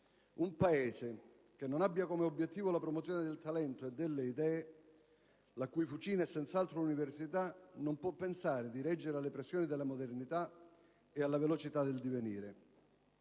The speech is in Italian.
Un Paese che non abbia come obiettivo la promozione del talento e delle idee, la cui fucina è senz'altro l'università, non può pensare di reggere alle pressioni della modernità e alla velocità del divenire.